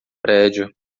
prédio